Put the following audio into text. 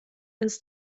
ins